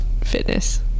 fitness